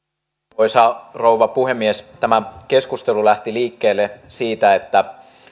arvoisa rouva puhemies tämä keskustelu lähti liikkeelle siitä että